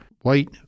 white